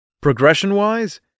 Progression-wise